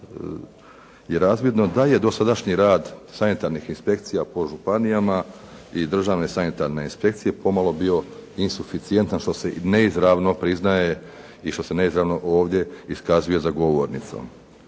razvidno da je dosadašnji rad sanitarnih inspekcija po županijama i Državne sanitarne inspekcije pomalo bio insuficijentan što se i neizravno priznaje i što se neizravno ovdje iskazuje za govornicom.